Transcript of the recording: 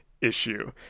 issue